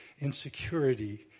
insecurity